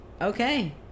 Okay